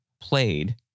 played